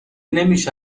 نمیشه